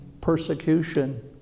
persecution